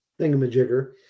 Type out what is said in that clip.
thingamajigger